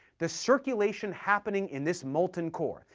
the circulation happening in this molten core,